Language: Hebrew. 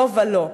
לא ולא.